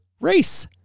race